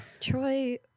Troy